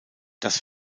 das